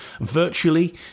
virtually